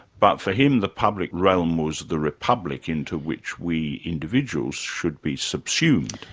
but for him the public realm was the republic into which we individuals should be subsumed.